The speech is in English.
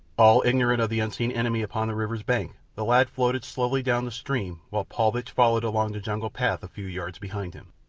all ignorant of the unseen enemy upon the river's bank the lad floated slowly down the stream while paulvitch followed along the jungle path a few yards behind him.